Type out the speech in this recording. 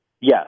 Yes